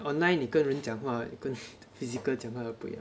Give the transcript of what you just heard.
online 你跟人讲话跟 physical 讲话都不一样